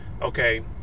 okay